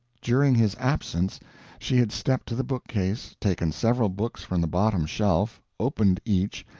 during his absence she had stepped to the bookcase, taken several books from the bottom shelf, opened each,